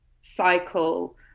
cycle